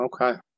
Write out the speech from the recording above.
Okay